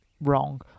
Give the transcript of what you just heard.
wrong